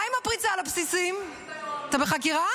מה עם הפריצה לבסיסים, אתה בחקירה?